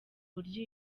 buryo